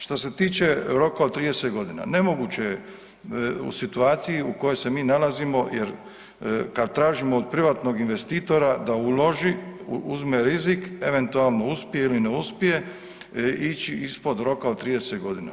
Što se tiče roka od 30.g., nemoguće je u situaciji u kojoj se mi nalazimo, jer kad tražimo od privatnog investitora da uloži, uzme rizik, eventualno uspije ili ne uspije ići ispod roka od 30.g.